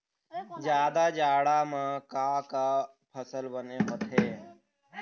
जादा जाड़ा म का का फसल बने होथे?